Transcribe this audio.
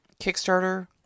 Kickstarter